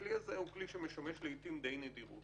הכלי הזה הוא כלי שמשמש לעיתים די נדירות.